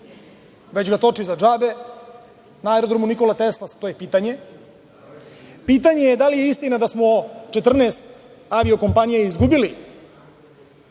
već ga toči za džabe na Aerodromu „Nikola Tesla“, to je pitanje. Pitanje je da li je istina da smo 14 avio kompanija izgubili